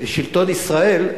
שלטון ישראל,